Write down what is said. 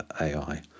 AI